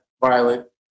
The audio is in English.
violet